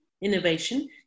innovation